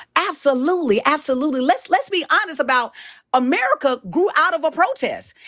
absolutely. absolutely. let's let's be honest about america grew out of a protest.